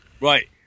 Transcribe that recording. Right